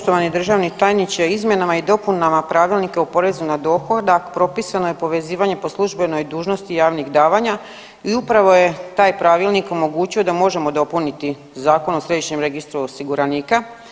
Poštovani državni tajniče izmjenama i dopunama Pravilnika o porezu na dohodak propisano je povezivanje po službenoj dužnosti javnih davanja i upravo je taj pravilnik omogućio da možemo dopuniti Zakon o središnjem registru osiguranika.